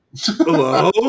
Hello